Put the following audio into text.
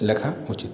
লেখা উচিত